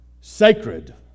sacred